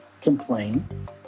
complain